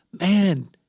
man